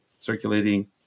circulating